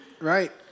right